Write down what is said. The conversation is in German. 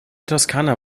toskana